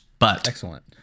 Excellent